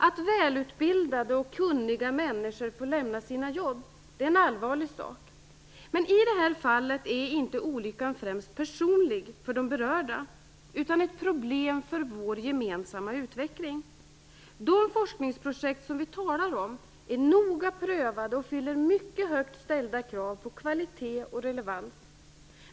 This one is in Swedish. Att välutbildade och kunniga människor får lämna sina jobb är en allvarlig sak. Men i det här fallet är inte olyckan främst personlig för de berörda utan ett problem för vår gemensamma utveckling. De forskningsprojekt som vi talar om är noga prövade och fyller mycket högt ställda krav på kvalitet och relevans.